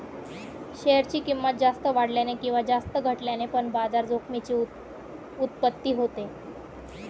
share ची किंमत जास्त वाढल्याने किंवा जास्त घटल्याने पण बाजार जोखमीची उत्पत्ती होते